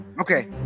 Okay